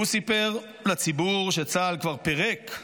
הוא סיפר לציבור שצה"ל כבר פירק,